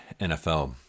NFL